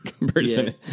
person